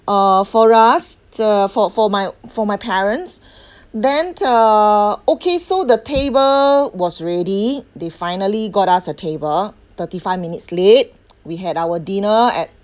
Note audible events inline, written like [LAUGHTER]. uh for us the for for my for my parents [BREATH] then uh okay so the table was ready they finally got us a table thirty five minutes late we had our dinner at